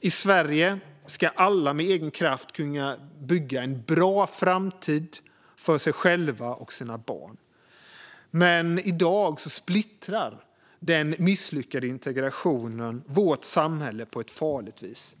I Sverige ska alla med egen kraft kunna bygga en bra framtid för sig själva och sina barn. Men i dag splittrar den misslyckade integrationen vårt samhälle på ett farligt vis.